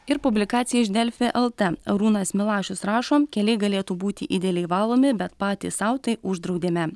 ir publikacija iš delfi lt arūnas milašius rašo keliai galėtų būti idealiai valomi patys sau tai uždraudėme